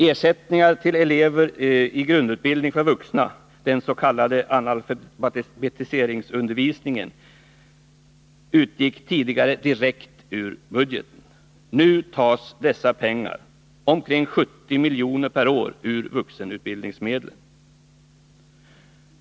Ersättningar till elever i grundutbildning för vuxna, den s.k. analfabetiseringsundervisningen, utgick tidigare direkt ur budgeten. Nu tas dessa pengar, omkring 70 miljoner per år, ur vuxenutbildningsmedlen.